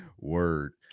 word